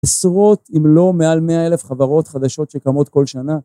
עשרות אם לא מעל מאה אלף חברות חדשות שקמות כל שנה